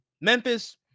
Memphis